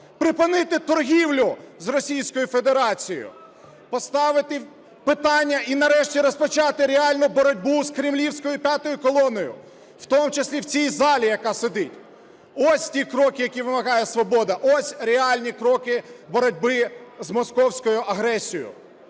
Припинити торгівлю з Російською Федерацією. Поставити питання і нарешті розпочати реальну боротьбу з кремлівською "п'ятою колоною", в тому числі в цій залі яка сидить. Ось ті кроки, які вимагає "Свобода, ось реальні кроки боротьби з московською агресією.